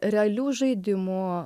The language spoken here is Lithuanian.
realių žaidimų